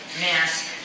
mask